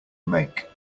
make